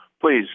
Please